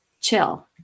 chill